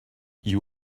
you